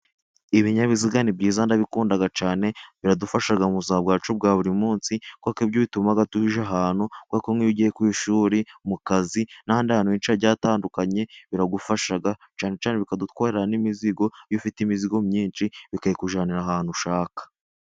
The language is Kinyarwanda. Ibinyabiziga ni byiza ndabikunda cyane biradufasha mu buzima bwacu bwa buri munsi, kuko ibyo bituma tujya ahantu, kubera ko nk'iyo ugiye ku ishuli, mu kazi n'ahandi hantu henshi hagiye hatandukanye biragufasha, cyane cyane bikadutwarira n'imizigo. Iyo ufite imizigo myinshi bikayikujyanira ahantu ushaka.